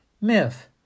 Myth